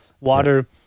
Water